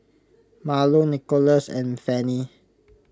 Marlo Nikolas and Fannie